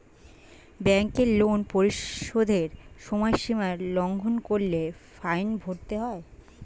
ব্যাংকের লোন পরিশোধের সময়সীমা লঙ্ঘন করলে ফাইন ভরতে হয়